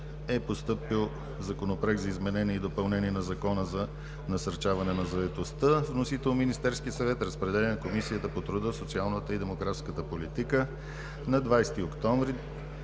е постъпил Законопроект за изменение и допълнение на Закона за насърчаване на заетостта. Вносител: Министерският съвет. Разпределен е на Комисията по труда, социалната и демографката политика. На 20 октомври